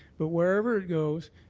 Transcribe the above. but wherever it goes,